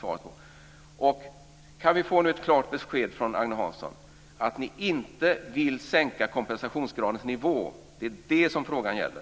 Kan vi få ett klart besked från Agne Hansson om att ni inte vill sänka kompensationsgradens nivå? Det är det som frågan gäller.